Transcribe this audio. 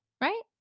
right